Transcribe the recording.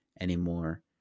anymore